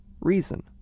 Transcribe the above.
reason